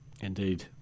Indeed